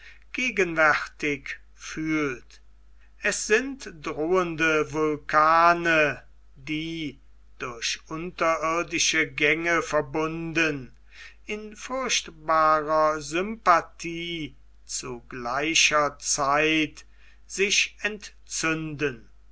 gegenwärtig fühlt es sind drohende vulkane die durch unterirdische gänge verbunden in furchtbarer sympathie zu gleicher zeit sich entzünden